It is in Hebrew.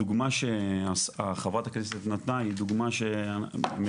הדוגמא שחברת הכנסת נתנה היא דוגמה -- אני